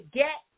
get